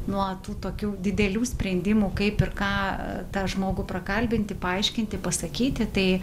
nuo tų tokių didelių sprendimų kaip ir ką tą žmogų prakalbinti paaiškinti pasakyti tai